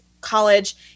college